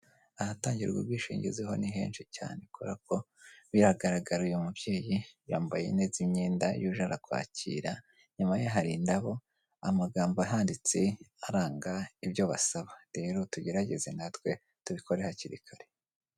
Ahatangirwa ubwishingizi ho ni henshi cyane kubera ko biragaragara uyu mubyeyi yambaye neza imyenda iyo uje arakwakira, inyuma ye hari indabo amagambo ahanditse aranga ibyo basaba, rero tugerageze natwe tubikore hakiri kare.